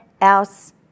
else